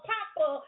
Papa